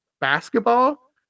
basketball